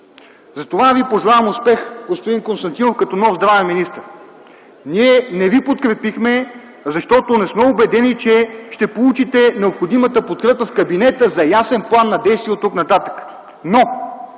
Затова Ви пожелавам успех, господин Константинов, като нов здравен министър. Ние не Ви подкрепихме, защото не сме убедени, че ще получите необходимата подкрепа в кабинета за ясен план на действие оттук нататък.